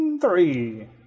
Three